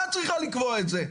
את צריכה לקבוע את זה.